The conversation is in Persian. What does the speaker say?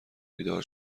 بیدار